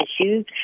issues